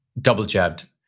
double-jabbed